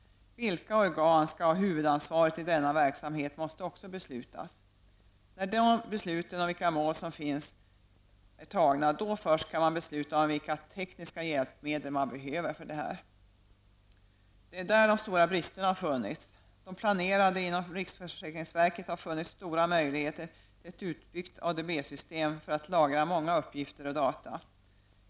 Vilka organ som skall ha huvudansvaret i denna verksamhet måste också beslutas. När besluten om vilka mål som finns, då först kan man besluta om vilka tekniska hjälpmedel man behöver för detta. Det är där de stora bristerna har funnits. De planerande inom riksförsäkringsverket har funnit stora möjligheter till ett utbyggt ADB-system för att lagra många uppgifter och data.